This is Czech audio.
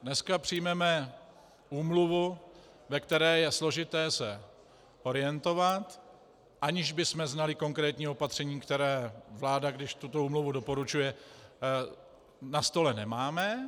Dneska přijmeme úmluvu, ve které je složité se orientovat, aniž bychom znali konkrétní opatření, které vláda, když tuto úmluvu doporučuje... na stole nemáme.